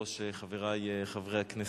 רבותי חברי הכנסת,